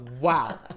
wow